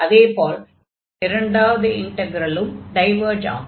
அதே போல் இரண்டாவது இன்டக்ரலும் டைவர்ஜ் ஆகும்